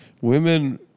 women